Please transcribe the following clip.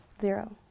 Zero